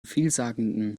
vielsagenden